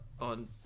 on